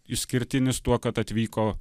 išskirtinis tuo kad atvyko